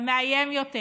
המאיים יותר,